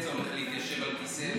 אין צורך להתיישב על כיסא,